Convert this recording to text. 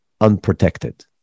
unprotected